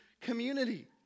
community